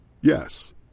Yes